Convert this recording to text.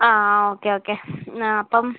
ആ ആ okay okay ആ അപ്പം